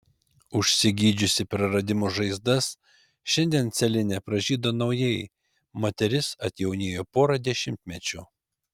užsigydžiusi praradimų žaizdas šiandien celine pražydo naujai moteris atjaunėjo pora dešimtmečių